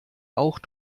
auch